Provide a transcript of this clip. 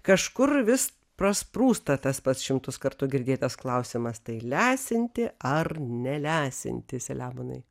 kažkur vis prasprūsta tas pats šimtus kartų girdėtas klausimas tai leisianti ar nelesinti selemonai